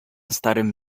starym